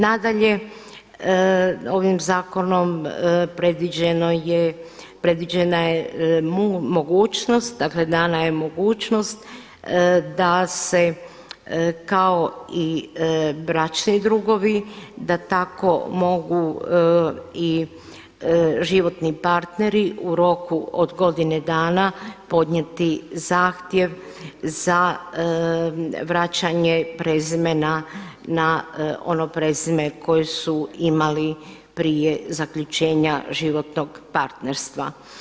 Nadalje, ovim zakonom predviđena je mogućnost, dana je mogućnost da se kao i bračni drugovi da tamo mogu i životni partneri u roku od godine dana podnijeti zahtjev za vraćanje prezimena na ono prezime koje su imali prije zaključenja životnog partnerstva.